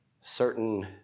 certain